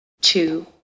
two